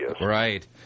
Right